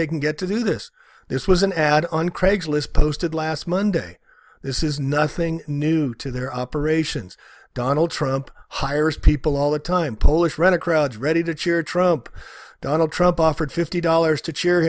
they can get to do this this was an ad on craigslist posted last monday this is nothing new to their operations donald trump hires people all the time polish ran a crowd ready to cheer trump donald trump offered fifty dollars to cheer